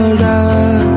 love